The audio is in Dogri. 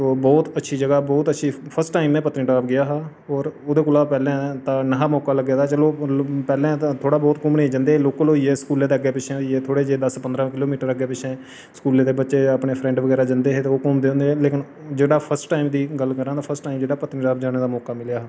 तो बौह्त अच्छी जगह् बौह्त अच्छी फर्स्ट टाइम में पत्नीटॉप गेआ हा होर ओह्दे कोला पैह्लें ते निहा मौका लग्गे दा चलो पैह्लें ते थोह्ड़े बौह्त घूमने गी जंदे हे लोकल होई गे स्कूलै दे अग्गें पिच्छें होई गे थोह्ड़े जेह् दस पंदरां किलो मीटर अग्गें पिच्छें स्कूलें दे बच्चे अपने फ्रैंड बगैरा जंदे हे ते ओह् घूमदे होंदे हे ते लेकिन जेह्ड़ा फस्ट टाईम दी गल्ल करां ते फस्ट टाईम जेह्ड़ा पत्नीटॉप जाने दा मौका मिलेआ हा